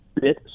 bit